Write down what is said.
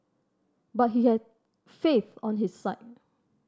but he had faith on his side